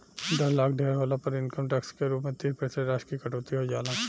दस लाख से ढेर होला पर इनकम टैक्स के रूप में तीस प्रतिशत राशि की कटौती हो जाला